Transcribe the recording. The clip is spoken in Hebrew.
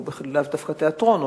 או לאו דווקא תיאטרון,